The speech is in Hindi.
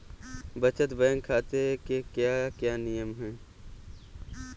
बचत बैंक खाते के क्या क्या नियम हैं?